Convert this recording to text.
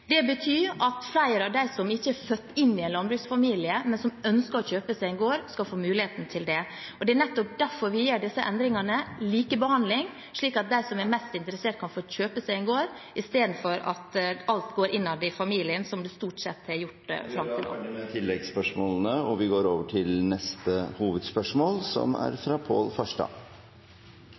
Det betyr at flere av dem som ikke er født inn i en landbruksfamilie, men som ønsker å kjøpe seg en gård, skal få muligheten til det. Det er nettopp derfor vi gjør disse endringene – likebehandling – slik at de som er mest interessert, kan få kjøpe seg en gård, istedenfor at alt går innad i familien, som det stort sett har gjort. Vi går til neste hovedspørsmål. Mitt spørsmål skal handle om lakselus, og spørsmålet går rimeligvis til fiskeriministeren. Havbruksnæringen er